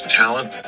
talent